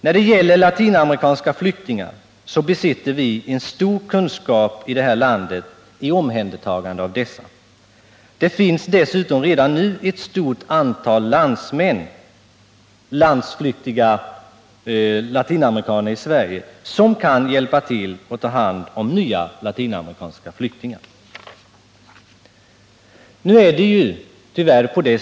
Vi besitter i vårt land en stor kunskap när det gäller att ta om hand latinamerikanska flyktingar, och det finns dessutom redan nu ett stort antal sådana i Sverige, som kan hjälpa till att ta hand om nya flyktingar från detta område.